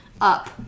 up